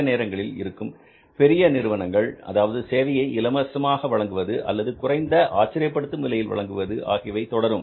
சில நேரங்களில் இருக்கும் பெரிய நிறுவனங்கள் அதாவது சேவையை இலவசமாக வழங்குவது அல்லது குறைந்த ஆச்சரியப்படுத்தும் விலையில் வழங்குவது ஆகியவை தொடரும்